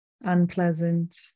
unpleasant